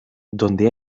donde